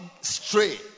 stray